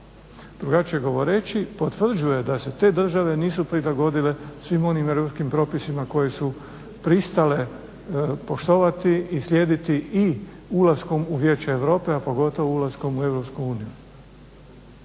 Drugačije govoreći, potvrđuje da se te države nisu prilagodile svim onim europskim propisima koje su pristale poštovati i slijedi i ulaskom u Vijeće Europe, a pogotovo ulaskom u EU.